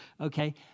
Okay